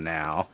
now